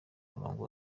murongo